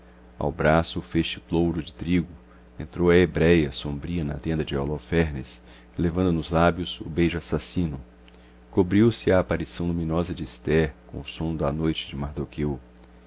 ao braço o feixe louro de trigo entrou a hebréia sombria na tenda de holofernes levando nos lábios o beijo assassino cobriu-se a aparição luminosa de ester com o sono da noite de mardoqueu